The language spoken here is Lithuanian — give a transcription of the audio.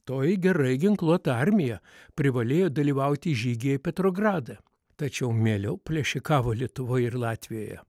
toji gerai ginkluota armija privalėjo dalyvauti žygyje į petrogradą tačiau mieliau plėšikavo lietuvoje ir latvijoje